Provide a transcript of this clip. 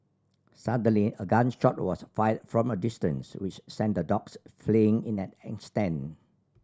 suddenly a gun shot was fired from a distance which sent the dogs fleeing in an instant